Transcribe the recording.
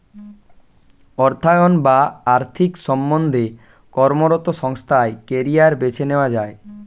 অর্থায়ন বা আর্থিক সম্বন্ধে কর্মরত সংস্থায় কেরিয়ার বেছে নেওয়া যায়